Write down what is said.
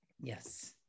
Yes